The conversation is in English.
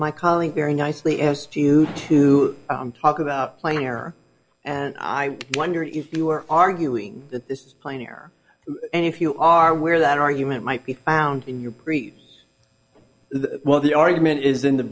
my calling very nicely asked you to talk about plainer and i wonder if you were arguing that this plane or any if you are aware that argument might be found in your brief the well the argument is in the